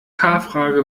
frage